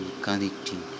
connecting